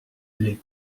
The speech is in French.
les